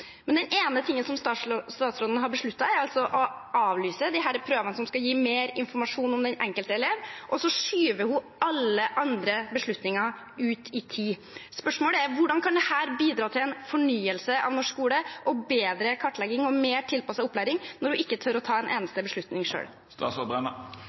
Den ene tingen som statsråden har besluttet, er altså å avlyse de prøvene som skal gi mer informasjon om den enkelte elev, og så skyver hun alle andre beslutninger ut i tid. Spørsmålet er: Hvordan kan dette bidra til en fornyelse av norsk skole, bedre kartlegging og mer tilpasset opplæring, når hun ikke tør å ta en